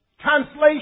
translation